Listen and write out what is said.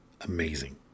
amazing